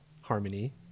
Harmony